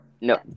No